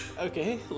Okay